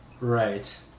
Right